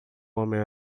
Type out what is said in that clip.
homem